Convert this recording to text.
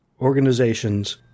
organizations